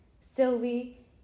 Sylvie